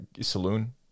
saloon